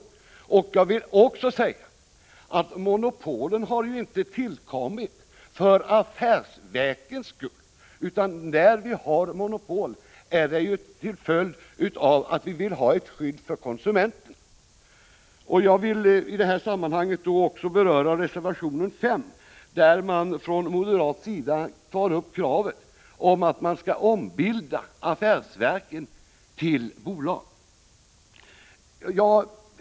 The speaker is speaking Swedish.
Monopolen har inte tillkommit för affärsverkens skull, utan vi har monopol därför att vi vill ha ett skydd för konsumenten. Jag vill i detta sammanhang också beröra reservation 5, där man från moderat sida tar upp kravet på att ombilda affärsverken till bolag.